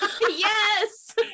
Yes